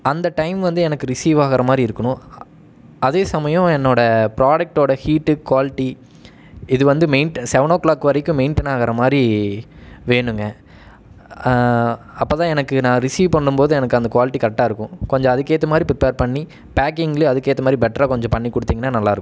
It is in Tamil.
அந்த டைம் வந்து எனக்கு ரிசீவ் ஆகிற மாதிரி இருக்கணும் அதே சமயம் என்னோடய ப்ராடெக்ட்டோடய ஹீட்டு குவாலிட்டி இது வந்து மெயிண்ட் செவன் ஓ கிளாக் வரைக்கும் மெயிண்டன் ஆகிற மாதிரி வேணுங்க அப்போதான் எனக்கு நான் ரிசீவ் பண்ணும்போது எனக்கு அந்த குவாலிட்டி கரெக்டாக இருக்கும் கொஞ்சம் அதுக்கு ஏற்ற மாதிரி ப்ரிப்பேர் பண்ணி பேக்கிங்லையும் அதுக்கு ஏற்ற மாதிரி பெட்டரா கொஞ்சம் பண்ணி கொடுத்திங்கன்னா நல்லாயிருக்கும்